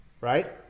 Right